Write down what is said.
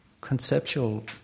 conceptual